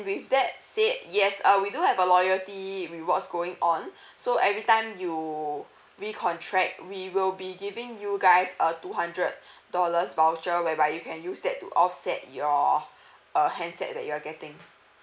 with that said yes uh we do have a loyalty rewards going on so every time you recontract we will be giving you guys a two hundred dollars voucher whereby you can use that to offset your uh handset that you're getting